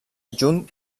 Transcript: adjunt